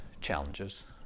challenges